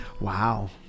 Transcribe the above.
Wow